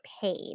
paid